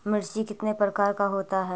मिर्ची कितने प्रकार का होता है?